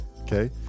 Okay